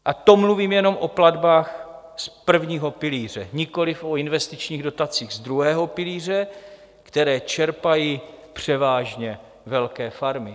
A to mluvím jenom o platbách z prvního pilíře, nikoliv o investičních dotacích z druhého pilíře, které čerpají převážně velké farmy.